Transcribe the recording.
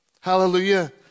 Hallelujah